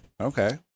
Okay